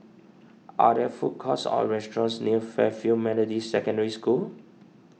are there food courts or restaurants near Fairfield Methodist Secondary School